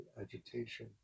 agitation